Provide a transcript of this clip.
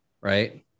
right